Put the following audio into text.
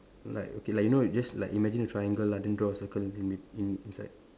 like okay like you know just like imagine a triangle lah then draw a circle in bet in~ inside